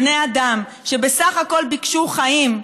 בני אדם שבסך הכול ביקשו חיים,